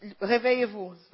réveillez-vous